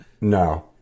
No